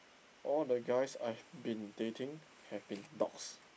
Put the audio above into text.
all the guys I've been dating have been dogs